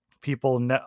people